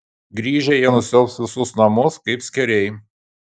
grįžę jie nusiaubs visus namus kaip skėriai